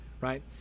right